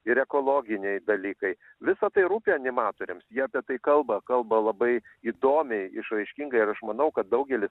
ir ekologiniai dalykai visa tai rūpi animatoriams jie apie tai kalba kalba labai įdomiai išraiškingai ir aš manau kad daugelis